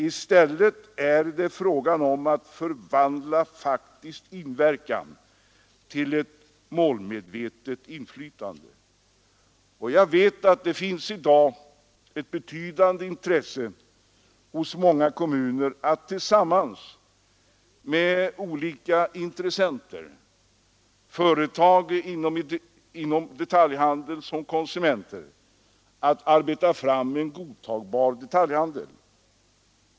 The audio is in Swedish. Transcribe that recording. I stället är det fråga om att förvandla faktisk inverkan till ett målmedvetet inflytande. Jag vet att det finns i dag ett betydande intresse hos många kommuner att tillsammans med olika intressenter, såväl företag inom detaljhandeln som konsumenter, arbeta fram en godtagbar detaljhandel.